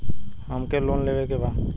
हमके लोन लेवे के बा?